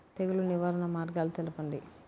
తెగులు నివారణ మార్గాలు తెలపండి?